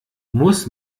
muss